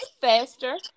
faster